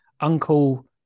Uncle